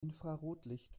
infrarotlicht